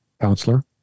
counselor